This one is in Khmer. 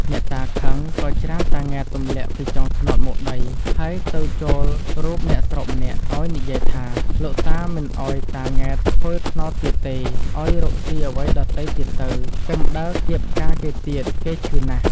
អ្នកតាខឹង ក៏ ច្រានតា ង៉ែត ទម្លាក់ពីចុងត្នោតមកដី ហើយទៅចូលរូបអ្នកស្រុកម្នាក់ ឲ្យនិយាយថា លោកតាមិនឲ្យតា ង៉ែតធ្វើត្នោតទៀតទេ ឲ្យរកស៊ីអ្វីដទៃទៀតទៅ កុំដើរគាបផ្កាគេទៀត គេឈឺណាស់ ។